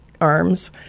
arms